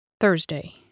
Thursday